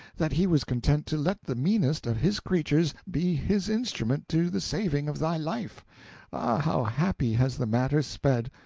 that he was content to let the meanest of his creatures be his instrument to the saving of thy life. ah how happy has the matter sped!